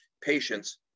patients